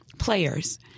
players